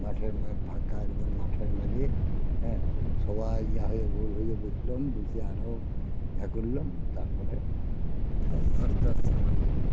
মাঠের মা ফাঁকা একদম মাঠের মাঝে হ্যাঁ সবাই ইয়া হয়ে গোল হয়ে বসলাম বসে আরও ইয়া করলাম তারপরে সব আস্তে আস্তে বাড়ি গেলুম